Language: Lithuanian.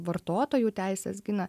vartotojų teises gina